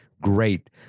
great